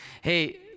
Hey